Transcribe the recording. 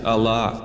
Allah